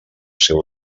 seu